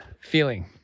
feeling